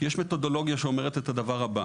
יש מתודולוגיה שאומרת את הדבר הבא: